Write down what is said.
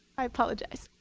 i apologize